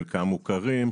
חלקם מוכרים,